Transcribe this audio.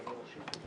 בבקשה.